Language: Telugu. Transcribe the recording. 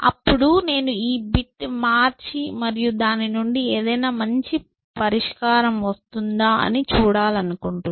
అప్పుడు నేను ఈ బిట్ మార్చి మరియు దాని నుండి ఏదైనా మంచి పరిష్కారం వస్తుందా అని చూడాలనుకుంటున్నాను